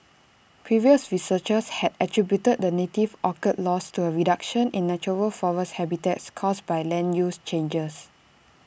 previous researchers had attributed the native orchid's loss to A reduction in natural forest habitats caused by land use changes